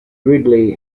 gridley